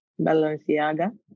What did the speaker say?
Balenciaga